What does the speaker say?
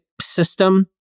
system